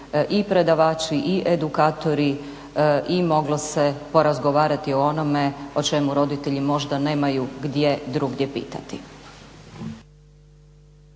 i predavači i edukatori i moglo se porazgovarati o onome o čemu roditelji možda nemaju gdje drugdje pitati.